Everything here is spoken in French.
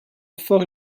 fort